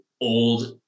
old